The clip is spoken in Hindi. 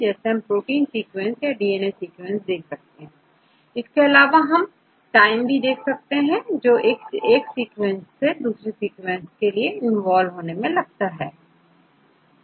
जैसे हम प्रोटीन सीक्वेंस या डीएनए सीक्वेंस देखते हैं इसके अलावा हम टाइम भी देखते हैं जो एक सीक्वेंस से दूसरे सीक्वेंस के इवॉल्व होने में लगता है